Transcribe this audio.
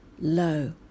low